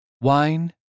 Wine